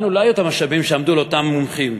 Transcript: לנו לא היו המשאבים שהיו לאותם מומחים.